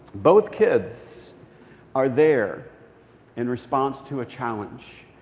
both kids are there in response to a challenge.